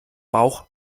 bauch